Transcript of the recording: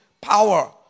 power